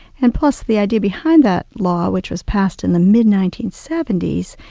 and plus the idea behind that law which was passed in the mid nineteen seventy s,